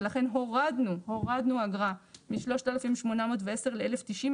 ולכן הורדנו אגרה מ-3,810 ל-1,090.